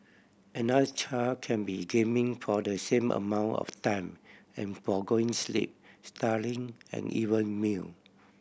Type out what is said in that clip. another child can be gaming for the same amount of time and forgoing sleep studying and even meal